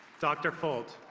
dr. folt,